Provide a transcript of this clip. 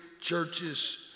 churches